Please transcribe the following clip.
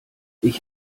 ich